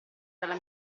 dalla